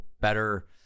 better